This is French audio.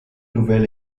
nouvelle